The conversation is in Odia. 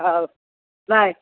ହଉ ବାଏ